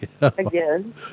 again